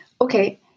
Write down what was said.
Okay